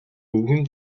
өвгөн